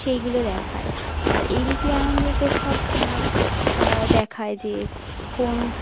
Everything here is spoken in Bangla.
সেইগুলো দেখায় আর এবিপি আনন্দতে সবসময় দেখায় যে কোন